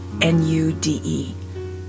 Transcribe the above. N-U-D-E